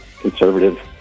conservative